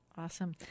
Awesome